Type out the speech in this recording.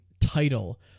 title